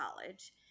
college